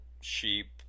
sheep